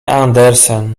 andersen